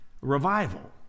Revival